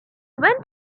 went